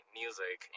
music